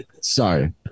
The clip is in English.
Sorry